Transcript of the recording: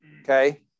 okay